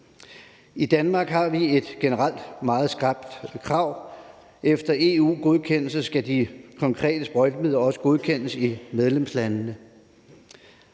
I Danmark har vi generelt et meget skrapt krav. Efter EU-godkendelse skal de konkrete sprøjtemidler også godkendes i medlemslandene.